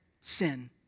sin